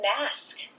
mask